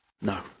No